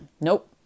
Nope